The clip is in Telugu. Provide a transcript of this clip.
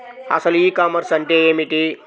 అసలు ఈ కామర్స్ అంటే ఏమిటి?